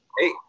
Hey